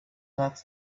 blots